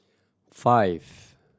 five